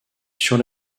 sur